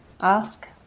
ask